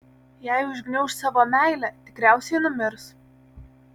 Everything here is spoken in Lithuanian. jei užgniauš savo meilę tikriausiai numirs